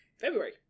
February